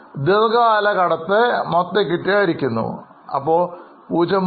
ദീർഘ കാല കടത്തെ മൊത്തം Equityവുമായി ഹരിക്കുന്നു അപ്പോൾ 0